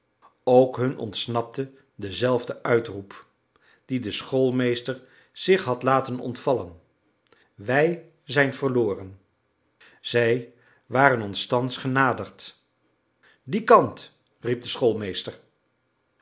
ook hun ontsnapte dezelfde uitroep dien de schoolmeester zich had laten ontvallen wij zijn verloren zij waren ons thans genaderd dien kant riep de